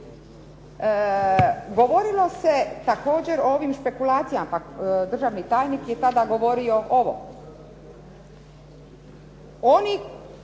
Govorilo se također o ovim špekulacijama, pa državni tajnik je tada govorio ovo.